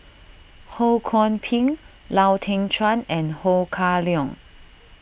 Ho Kwon Ping Lau Teng Chuan and Ho Kah Leong